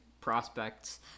prospects